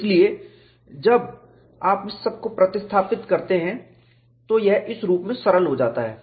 इसलिए जब आप इस सब को प्रतिस्थापित करते हैं तो यह इस रूप में सरल हो जाता है